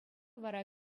вара